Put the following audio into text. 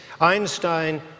Einstein